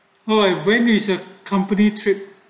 oh I venues a company trip